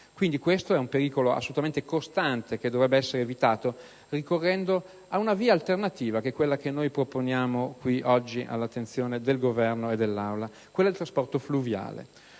Questo rappresenta un pericolo assolutamente costante, che potrebbe essere evitato ricorrendo ad una via alternativa che è quella che proponiamo oggi all'attenzione del Governo e dell'Aula: quella del trasporto fluviale,